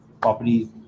property